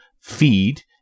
feed